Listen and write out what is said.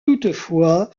toutefois